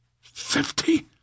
Fifty